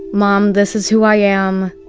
mom, this is who i am.